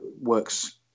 works